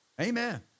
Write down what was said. Amen